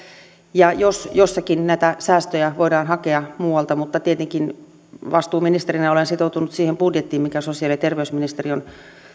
ja jos jossakin näitä säästöjä voidaan hakea muualta mutta tietenkin vastuuministerinä olen sitoutunut siihen budjettiin mikä sosiaali ja terveysministeriön